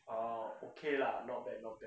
哦 okay lah not bad not bad